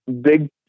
big